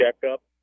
checkup